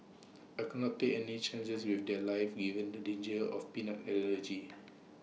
I could not take any chances with their lives given the danger of peanut allergy